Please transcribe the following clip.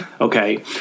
Okay